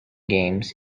games